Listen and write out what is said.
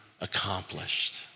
accomplished